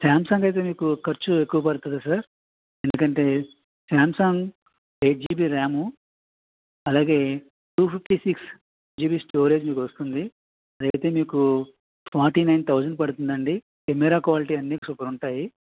Samsung అయితే మీకు ఖర్చు ఎక్కువ పడుతుంది సార్ ఎందుకంటే సాంసంగ్ ఎయిట్ జిబి ర్యామ్ అలాగే two fifty six GB storage మీకు వస్తుంది ఇది అయితే మీకు ఫార్టీ నైన్ థౌజండ్ పడుతుంది అండి కెమెరా క్వాలిటీ అన్నీ సూపర్ ఉంటాయి